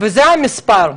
וזה המספר,